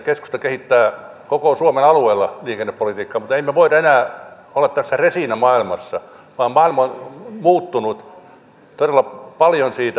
keskusta kehittää koko suomen alueella liikennepolitiikkaa mutta emme me voi enää olla tässä resiinamaailmassa vaan maailma on muuttunut todella paljon siitä